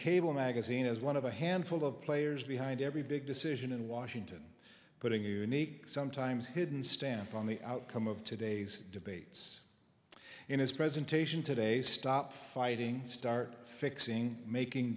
cable magazine as one of a handful of players behind every big decision in washington putting unique sometimes hidden stamp on the outcome of today's debates in his presentation today stop fighting start fixing making